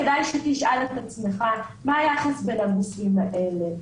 כדאי שתשאל את עצמך מה היחס בין הגופים האלה,